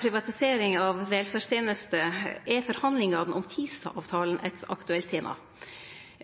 privatisering av velferdstenester, er forhandlingane om Tisa-avtalen eit aktuelt tema.